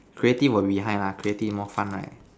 creative will be behind lah creative more fun right